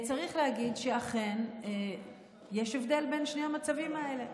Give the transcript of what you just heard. צריך להגיד שאכן יש הבדל בין שני המצבים האלה.